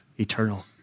eternal